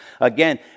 Again